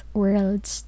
worlds